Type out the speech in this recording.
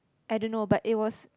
I don't know but it was